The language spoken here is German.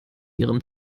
ihrem